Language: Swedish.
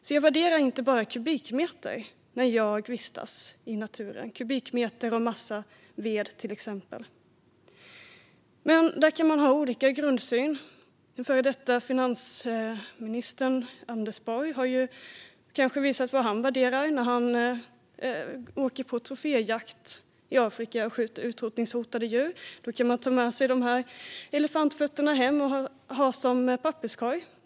När jag vistas i naturen värderar jag till exempel inte skogen bara för massan ved eller antalet kubikmeter. Men man kan ha olika grundsyn. Den före detta finansministern Anders Borg visar kanske vad han värderar när han åker på troféjakt i Afrika och skjuter utrotningshotade djur. Man kan ta med sig elefantfötterna hem och ha dem som papperskorgar.